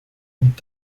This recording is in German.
und